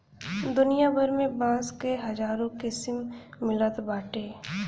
दुनिया भर में बांस क हजारो किसिम मिलत बाटे